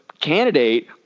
candidate